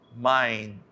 mind